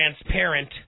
transparent